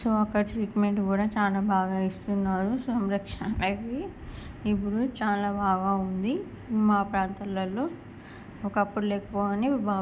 so అక్కడ treatment కూడా చాలా బాగా ఇస్తున్నారు సంరక్షణ అవి ఇప్పుడు చాలా బాగా ఉంది మా ప్రాంతాలలో ఒకప్పుడు లేకపోవు కానీ ఇప్పుడు బాగుంది